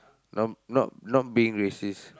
not not not being racist